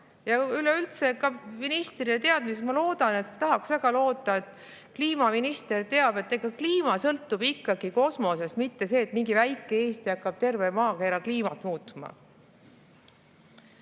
Ja üleüldse ka ministrile teadmiseks: ma loodan, tahaks väga loota, et kliimaminister teab, et kliima sõltub ikkagi kosmosest, mitte sellest, et mingi väike Eesti hakkab terve maakera kliimat muutma.